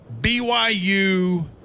BYU